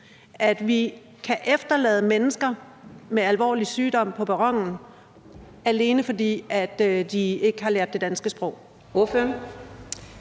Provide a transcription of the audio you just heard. at vi kan efterlade mennesker med alvorlig sygdom på perronen, alene fordi de ikke har lært det danske sprog?